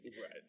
Right